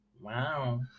Wow